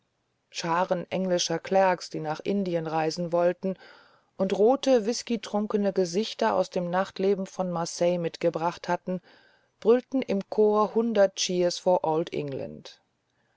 scharen englischer clerks die nach indien reisen wollten und rote whiskytrunkene gesichter aus dem nachtleben von marseille mitgebracht hatten brüllten im chor hundert cheers for